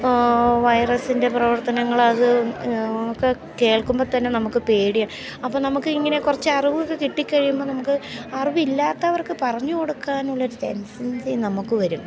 വൈറസിൻ്റെ പ്രവർത്തനങ്ങൾ അത് ഒക്കെ കേൾക്കുമ്പം തന്നെ നമുക്ക് പേടിയാണ് അപ്പം നമുക്ക് ഇങ്ങനെ കുറച്ചു അറിവൊക്കെ കിട്ടി കഴിയുമ്പം നമുക്ക് അറിവില്ലാത്തവർക്ക് പറഞ്ഞു കൊടുക്കാനുള്ള ഒരു ടെൻസൻസി നമുക്ക് വരും